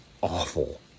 awful